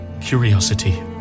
curiosity